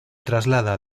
traslada